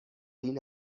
این